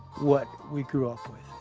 what we grew up with.